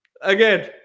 Again